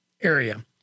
area